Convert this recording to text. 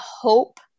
hope